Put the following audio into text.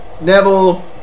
Neville